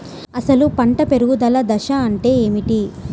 అసలు పంట పెరుగుదల దశ అంటే ఏమిటి?